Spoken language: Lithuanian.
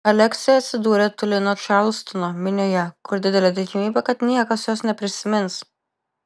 aleksė atsidūrė toli nuo čarlstono minioje kur didelė tikimybė kad niekas jos neprisimins